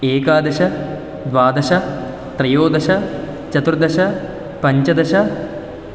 एकादश द्वादश त्रयोदश चतुर्दश पञ्चदश